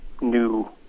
new